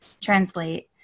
translate